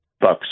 Bucks